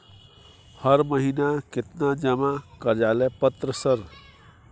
हर महीना केतना जमा कार्यालय पत्र सर?